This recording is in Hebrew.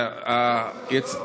הלוך חזור.